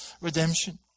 redemption